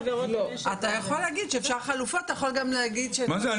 אתה יכול להגיד שאפשר גם חלופות --- מה זה,